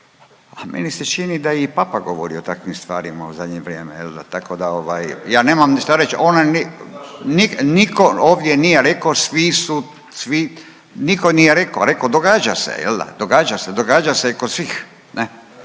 A meni se čini da je i Papa govorio o takvim stvarima u zadnje vrijeme, je l' da? Tako da, ovaj, ja nemam šta reći. Ona, nitko ovdje nije rekao svi su, svi, nitko nije rekao, rekao, događa se, je l' da? Događa se kod svih,